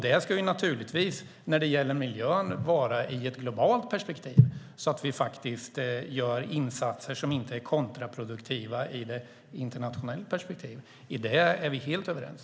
Det ska naturligtvis när det gäller miljön vara i ett globalt perspektiv så att vi gör insatser som inte är kontraproduktiva internationellt sett. I det är vi helt överens.